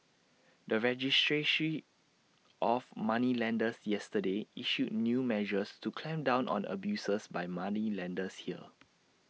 the registry she of moneylenders yesterday issued new measures to clamp down on abuses by moneylenders here